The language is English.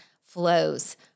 flows